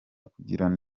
kugirana